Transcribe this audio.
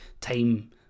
time